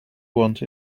want